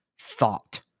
thought